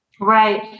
Right